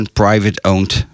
private-owned